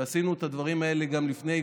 עשינו את הדברים האלה גם לפני,